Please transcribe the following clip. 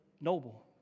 noble